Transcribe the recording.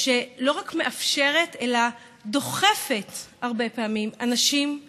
שלא רק מאפשרת אלא דוחפת הרבה פעמים אנשים לעישון.